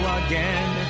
again